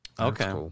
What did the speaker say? Okay